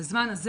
בזמן הזה,